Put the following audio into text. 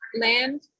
land